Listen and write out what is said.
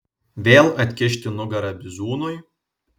vėl atkišti nugarą bizūnui